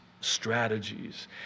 strategies